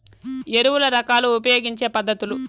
ఎరువుల రకాలు ఉపయోగించే పద్ధతులు?